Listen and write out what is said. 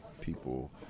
people